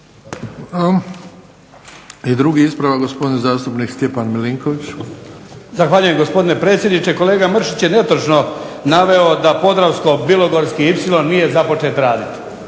I drugi ispravak gospodin zastupnik Stjepan MIlinković. **Milinković, Stjepan (HDZ)** Zahvaljujem gospodine predsjedniče, kolega Mršić je netočno naveo da Podravsko-bilogorski ipsilon nije započet raditi